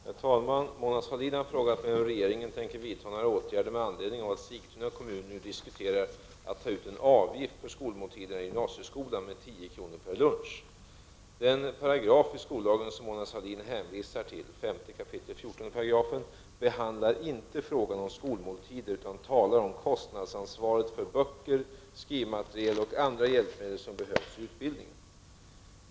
Herr talman! Mona Sahlin har frågat mig om regeringen tänker vidta några åtgärder med anledning av att Sigtuna kommun nu diskuterar att ta ut en avgift för skolmåltiderna i gymnasieskolan med 10 kr. per lunch. I den paragraf i skollagen som Mona Sahlin hänvisar till behandlas inte frågan om skolmåltider, utan det talas där om kostnadsansvaret för böcker, skrivmateriel och andra hjälpmedel som behövs i utbildningen.